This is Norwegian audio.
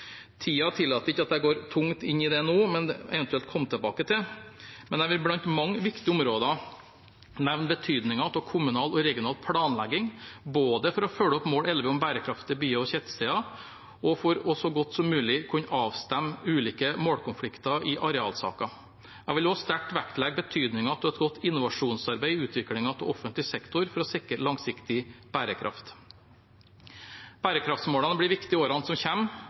tillater ikke at jeg går tungt inn i det nå – det må jeg eventuelt komme tilbake til – men jeg vil blant mange viktige områder nevne betydningen av kommunal og regional planlegging, både for å følge opp mål 11 om bærekraftige byer og tettsteder og for så godt som mulig å kunne avstemme ulike målkonflikter i arealsaker. Jeg vil også sterkt vektlegge betydningen av et godt innovasjonsarbeid i utviklingen av offentlig sektor for å sikre langsiktig bærekraft. Bærekraftsmålene vil bli viktige i årene som